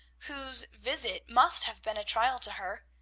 whose visit must have been a trial to her.